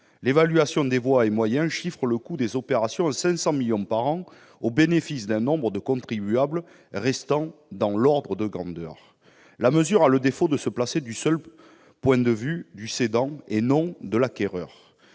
L'évaluation des voies et moyens chiffre le coût des opérations à 500 millions d'euros par an, au bénéfice d'un nombre de contribuables restant dans l'ordre de grandeur. La mesure a le défaut de se placer du point de vue du seul cédant et non de l'acquéreur,